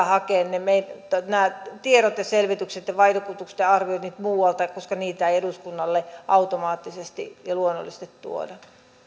hakea nämä tiedot ja selvitykset ja vaikutusten arvioinnit muualta koska niitä ei eduskunnalle automaattisesti ja luonnollisesti tuoda